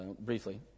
Briefly